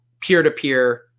peer-to-peer